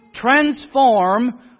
transform